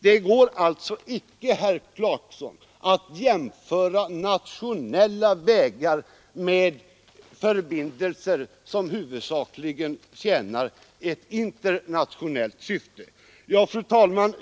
Det går alltså icke, herr Clarkson, att jämföra nationella vägar med förbindelser som huvudsakligen tjänar ett internationellt syfte. Fru talman!